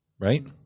Right